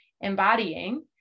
embodying